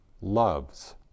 loves